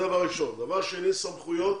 דבר שני, סמכויות